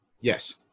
yes